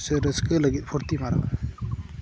ᱥᱮ ᱨᱟᱹᱥᱠᱟᱹ ᱞᱟᱹᱜᱤᱫ ᱯᱷᱩᱨᱛᱤ ᱢᱟᱨᱟᱣ